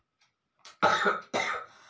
अल्पकालीन गुंतवणूकीचे पर्याय आहेत का?